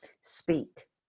speak